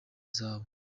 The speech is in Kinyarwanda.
zawe